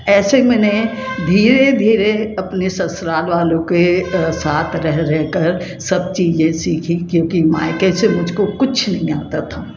ऐसे मैंने धीरे धीरे अपने ससुराल वालों के साथ रह रह कर सब चीज़ें सीखीं क्योंकि मायके से मुझको कुछ नहीं आता था